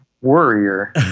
warrior